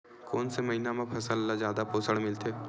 कोन से महीना म फसल ल जादा पोषण मिलथे?